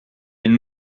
une